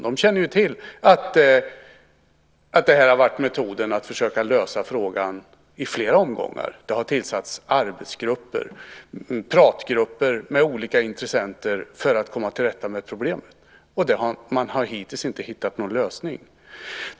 De känner till att det här har varit metoden att lösa frågan i flera omgångar. Det har tillsatts arbetsgrupper, pratgrupper, med olika intressenter för att komma till rätta med problemen. Men man har hittills inte hittat någon lösning.